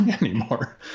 anymore